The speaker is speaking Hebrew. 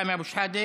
סמי אבו שחאדה.